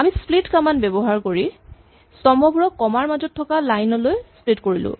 আমি split command ব্যৱহাৰ কৰি স্তম্ভবোৰক কমা ৰ মাজত থকা লাইন লৈ স্প্লিট কৰিলো